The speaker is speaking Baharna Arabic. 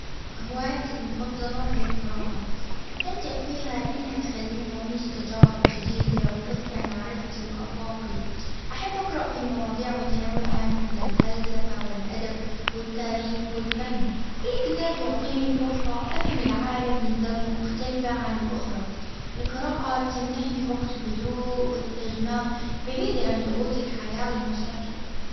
هوايتي المفضلة هي القراءة، أستمتع فيها لإنها تخليني أعيش تجارب جديدة وتوسع معرفتي وآفاقي، أحب أقرأ في مواضيع متنوعة مثل الفلسفة، والأدب والتاريخ والفن، كل كتاب يعطيني فرصة رؤية العالم من زاوية مختلفة عن الأخرى، تمنحني وقت هدوء وإستجمام بعيد عن ضغوط الحياة والمشاكل.